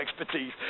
expertise